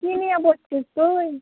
কী নিয়ে পড়ছিস তুই